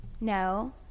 No